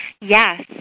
yes